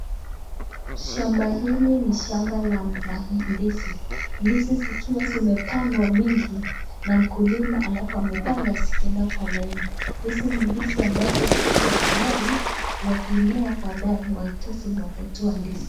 Shamba hili ni shamba la ndizi, ndizi zikiwa zimepandwa mingi, na mkulima alafu amepanga zikienda kwa laini, hizi ni ndizi ambazo zikiwa tayari, wakimea padaye waitise wakaitoa ndizi.